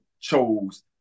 chose